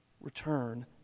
return